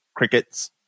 Crickets